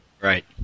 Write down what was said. Right